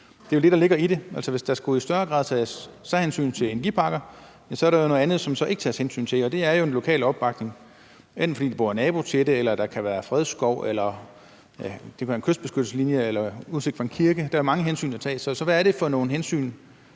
det er vel det, der ligger i det? Altså, hvis der i større grad skal tages særhensyn til energiparker, er der noget andet, som der ikke tages hensyn til, og det er jo den lokale opbakning. Enten er man nabo til det, der kan være fredskov, det kan være en kystbeskyttelseslinje, eller det kan være udsigten fra en kirke; der er mange hensyn at tage. Så hvad er det for nogle hensyn,